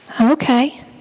Okay